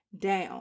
down